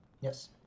Yes